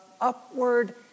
upward